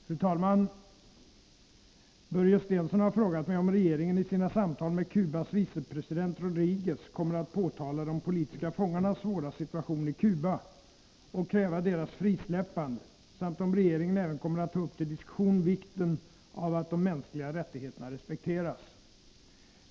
Fru talman! Börje Stensson har frågat mig om regeringen i sina samtal med Cubas vicepresident Rodriguez kommer att påtala de politiska fångarnas svåra situation i Cuba och kräva deras frisläppande samt om regeringen även kommer att ta upp till diskussion vikten av att de mänskliga rättigheterna respekteras.